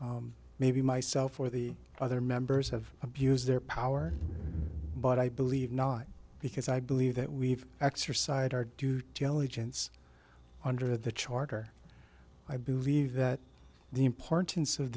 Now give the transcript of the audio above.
maybe myself or the other members have abused their power but i believe not because i believe that we've exercised our due diligence under the charter i believe that the importance of